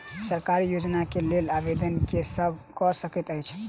सरकारी योजना केँ लेल आवेदन केँ सब कऽ सकैत अछि?